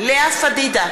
יואב קיש,